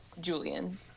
Julian